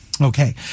Okay